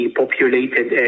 populated